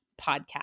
podcast